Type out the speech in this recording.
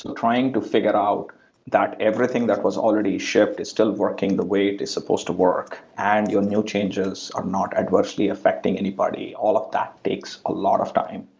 trying to figure out that everything that was already shipped is still working the way it is supposed to work and your new changes are not adversely affecting anybody. all of that takes a lot of time.